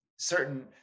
Certain